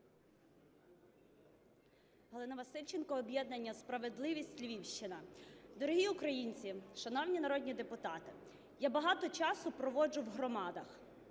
Галина Васильченко, об'єднання "Справедливість", Львівщина. Дорогі українці, шановні народні депутати! Я багато часу проводжу в громадах,